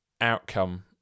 outcome